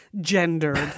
gendered